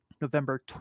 November